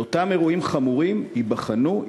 ואותם אירועים חמורים ייבחנו,